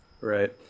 right